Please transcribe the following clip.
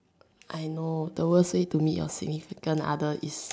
I know the worst way to meet your significant other is